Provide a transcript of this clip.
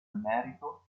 merito